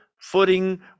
footing